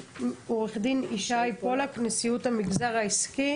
לעו"ד ישי פולק, נשיאות המגזר העסקי.